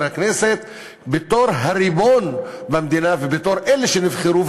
הכנסת בתור הריבון במדינה ובתור אלה שנבחרו.